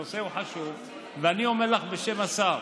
הנושא חשוב, ואני אומר לך בשם השר,